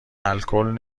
الکل